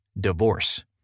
Divorce